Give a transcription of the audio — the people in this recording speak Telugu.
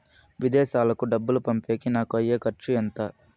విదేశాలకు డబ్బులు పంపేకి నాకు అయ్యే ఖర్చు ఎంత?